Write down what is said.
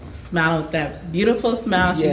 smile with that beautiful smile